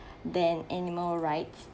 than animal rights